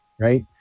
Right